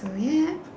so yeah